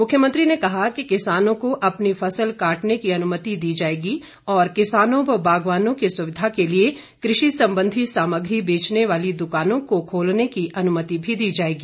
मुख्यमंत्री ने कहा कि किसानों को अपनी फसल काटने की अनुमति दी जाएगी और किसानों व बागवानों की सुविधा के लिए कृषि संबंधी सामग्री बेचने वाली दुकानों को खोलने की अनुमति भी दी जाएगी